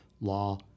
law